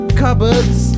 cupboards